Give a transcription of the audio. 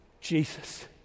Jesus